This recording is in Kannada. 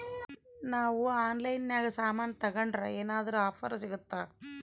ನಾವು ಆನ್ಲೈನಿನಾಗ ಸಾಮಾನು ತಗಂಡ್ರ ಏನಾದ್ರೂ ಆಫರ್ ಸಿಗುತ್ತಾ?